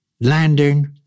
landing